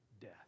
death